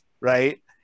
right